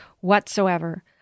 whatsoever